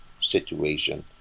situation